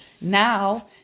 Now